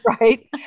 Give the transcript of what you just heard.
Right